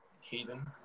Heathen